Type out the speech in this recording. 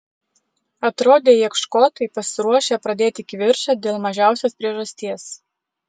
atrodė jog škotai pasiruošę pradėti kivirčą dėl mažiausios priežasties